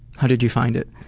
how did you find it?